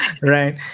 Right